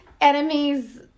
enemies